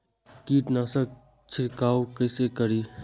कीट नाशक छीरकाउ केसे करी?